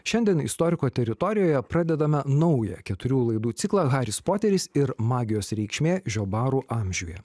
šiandien istoriko teritorijoje pradedame naują keturių laidų ciklą haris poteris ir magijos reikšmė žiobarų amžiuje